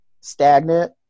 stagnant